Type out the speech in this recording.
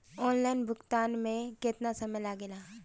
Online भुगतान में केतना समय लागेला?